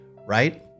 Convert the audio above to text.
Right